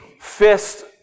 fist